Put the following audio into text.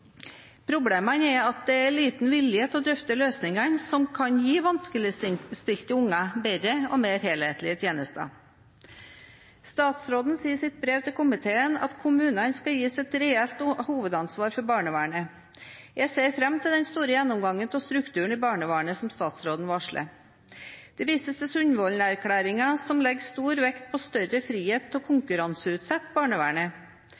er at det er liten vilje til å drøfte løsningene som kan gi vanskeligstilte unger bedre og mer helhetlige tjenester. Statsråden sier i sitt brev til komiteen at kommunene «skal gis et reelt hovedansvar for barnevernet». Jeg ser fram til den store gjennomgangen av strukturen i barnevernet, som statsråden varsler. Det vises til Sundvolden-erklæringen, som legger stor vekt på større frihet til å konkurranseutsette barnevernet.